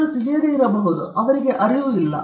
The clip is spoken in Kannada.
ಜನರು ತಿಳಿಯದೆ ಇರಬಹುದು ಅವರಿಗೆ ಅರಿವು ಇಲ್ಲ